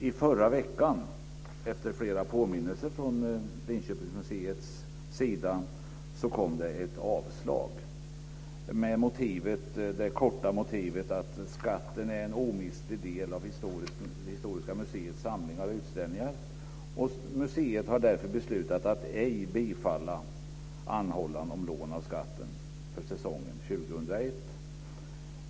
I förra veckan, efter flera påminnelser från Linköpingsmuseet, kom det ett avslag med det korta motivet att skatten är en omistlig del av Historia museets samlingar och utställningar och att museet därför hade beslutat att ej bifalla anhållan om lån av skatten för säsongen 2001.